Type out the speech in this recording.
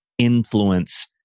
Influence